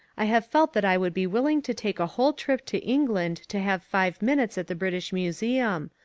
i have felt that i would be willing to take a whole trip to england to have five minutes at the british museum,